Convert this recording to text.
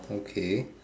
okay